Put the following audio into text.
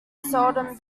seldom